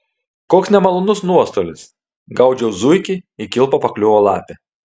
koks nemalonus nuostolis gaudžiau zuikį į kilpą pakliuvo lapė